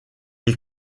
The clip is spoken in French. est